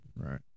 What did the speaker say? right